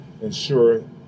ensure